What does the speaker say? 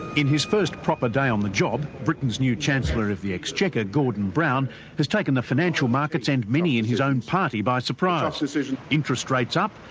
in his first proper day on the job, britain's new chancellor of the exchequer, gordon brown has taken the financial markets and many in his own party by surprise. interest rates up,